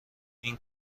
این